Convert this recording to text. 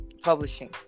Publishing